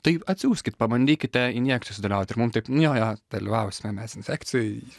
tai atsiųskit pabandykite injekcijoj sudalyvauti ir mum taip jo jo dalyvausime mes infekcijoj